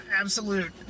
absolute